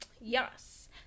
yes